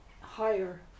higher